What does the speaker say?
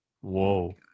Whoa